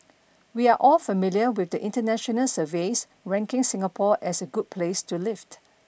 we're all familiar with the international surveys ranking Singapore as a good place to lived